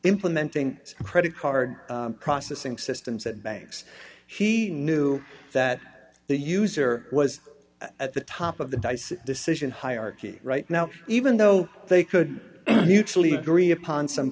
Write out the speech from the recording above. implementing credit card processing systems at banks he knew that the user was at the top of the dice decision hierarchy right now even though they could actually agree upon some